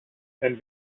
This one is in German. wenn